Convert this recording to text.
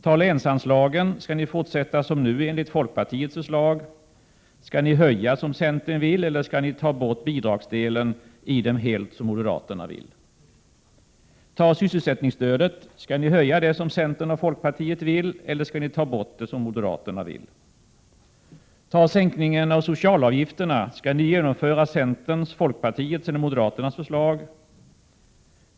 Skall ni när det gäller länsanslagen fortsätta som nu enligt folkpartiets förslag, skall ni höja som centern vill, eller skall ni ta bort bidragsdelen helt, som moderaterna vill? Skall ni höja sysselsättningsstödet som centern och folkpartiet vill, eller skall ni ta bort det, som moderaterna vill? Skall ni genomföra centerns, folkpartiets eller moderaternas förslag när det gäller sänkningen av socialavgifterna?